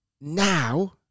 now